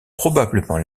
probablement